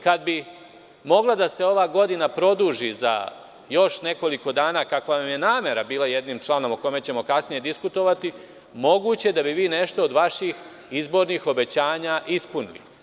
Kada bi mogla ova godina da se produži za još nekoliko dana, kakva nam je namera bila jednim članom, o kome ćemo kasnije diskutovati, moguće da bi vi nešto od vaših izbornih obećanja ispunili.